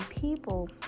people